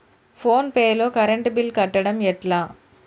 Phone pay లో current bill కట్టడం ఎట్లా?